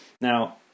now